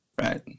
Right